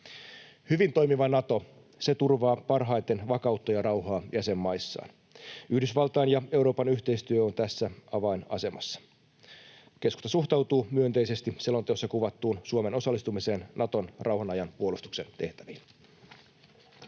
Hyvin toimiva Nato turvaa parhaiten vakautta ja rauhaa jäsenmaissaan. Yhdysvaltain ja Euroopan yhteistyö on tässä avainasemassa. Keskusta suhtautuu myönteisesti selonteossa kuvattuun Suomen osallistumiseen Naton rauhan ajan puolustuksen tehtäviin.